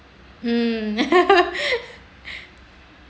mm